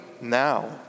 now